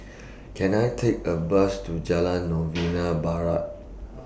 Can I Take A Bus to Jalan Novena Barat